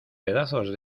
pedazos